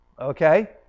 Okay